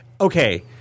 Okay